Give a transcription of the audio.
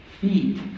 feet